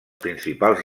principals